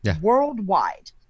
worldwide